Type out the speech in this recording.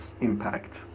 impact